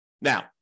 Now